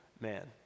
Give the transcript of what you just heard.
man